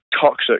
toxic